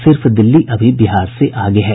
सिर्फ दिल्ली अभी बिहार से आगे है